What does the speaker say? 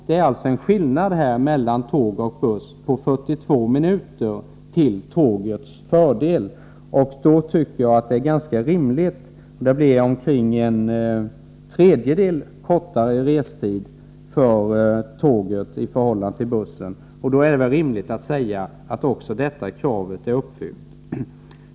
Det är alltså en skillnad mellan tåg och buss på 42 minuter, till tågets fördel. Restiden blir omkring en tredjedel kortare med tåget i förhållande till bussen. Då är det rimligt att säga att också detta krav är uppfyllt.